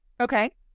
okay